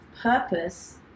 purpose